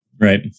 Right